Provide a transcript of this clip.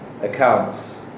accounts